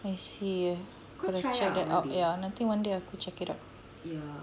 I see I will check that out I think one day aku check it out